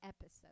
episode